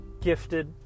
gifted